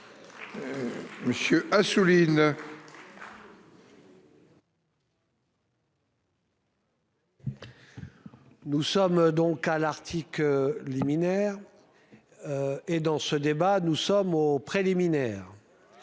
Monsieur Assouline. Nous sommes donc à l'Arctique liminaire. Et dans ce débat. Nous sommes aux préliminaires.